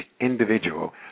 individual